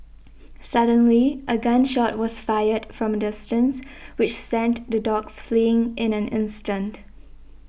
suddenly a gun shot was fired from distance which sent the dogs fleeing in an instant